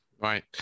right